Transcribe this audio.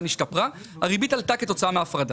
הריבית עלתה כתוצאה מההפרדה.